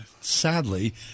sadly